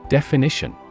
Definition